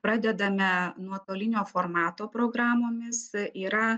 pradedame nuotolinio formato programomis yra